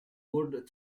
world